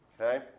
Okay